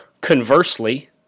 conversely